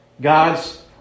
God's